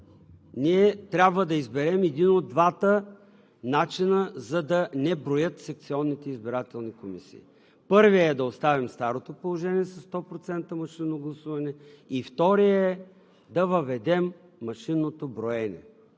Ние трябва да изберем един от двата начина, за да не броят секционните избирателни комисии. Първият е да оставим старото положение със 100% машинно гласуване, и вторият е да въведем машинното броене,